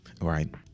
Right